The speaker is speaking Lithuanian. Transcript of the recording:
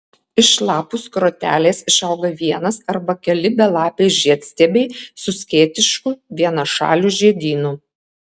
iš lapų skrotelės išauga vienas arba keli belapiai žiedstiebiai su skėtišku vienašaliu žiedynu